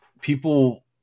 people